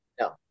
No